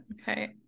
Okay